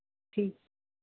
ਠੀਕ